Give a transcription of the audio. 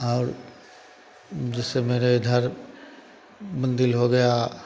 और जैसे मेरा इधर मंदिर हो गया